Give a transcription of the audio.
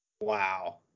Wow